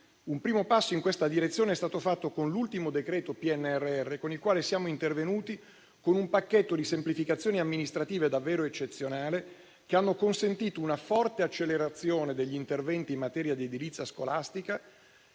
un primo passo in questa direzione è stato fatto con l'ultimo decreto PNRR, con il quale siamo intervenuti con un pacchetto di semplificazioni amministrative davvero eccezionale, che ha consentito una forte accelerazione degli interventi in materia di edilizia scolastica